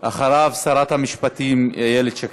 ואחריו שרת המשפטים איילת שקד.